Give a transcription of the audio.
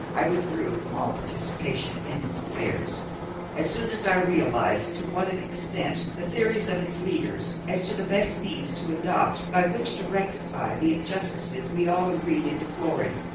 i withdrew from all participation in its affairs as soon as i realized to what an extent the theories of its leaders, as to the best means to adopt by which to rectify the injustices we all agreed in deploring,